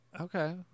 okay